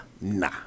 nah